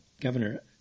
Governor